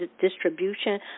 distribution